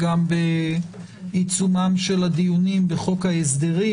גם בעיצומם של הדיונים בחוק ההסדרים.